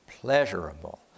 pleasurable